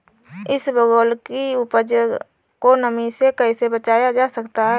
इसबगोल की उपज को नमी से कैसे बचाया जा सकता है?